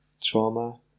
trauma